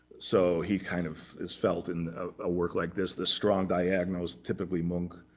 so he kind of is felt in a work like this. the strong diagonals, typically munch